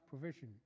provision